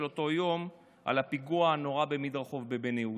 אותו יום על הפיגוע הנורא במדרחוב בבן יהודה.